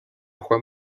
juan